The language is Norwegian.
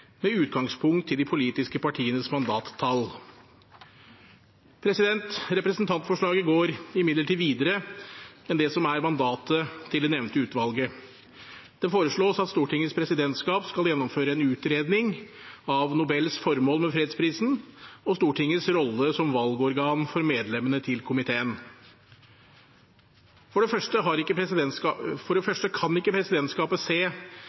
med utgangspunkt i de politiske partienes mandattall. Representantforslaget går imidlertid videre enn det som er mandatet til det nevnte utvalget. Det foreslås at Stortingets presidentskap skal gjennomføre en utredning av Nobels formål med fredsprisen og Stortingets rolle som valgorgan for medlemmene til komiteen. For det første kan ikke presidentskapet se